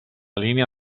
línia